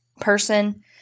person